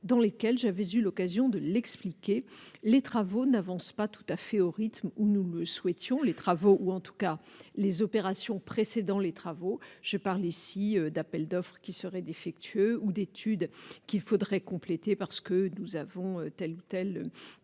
dans lesquelles j'avais eu l'occasion de l'expliquer, les travaux n'avancent pas tout à fait au rythme où nous le souhaitions, les travaux ou en tout cas les opérations précédant les travaux, je parle ici d'appels d'offres qui serait défectueux ou d'études qu'il faudrait compléter parce que nous avons telle ou telle